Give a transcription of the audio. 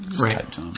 Right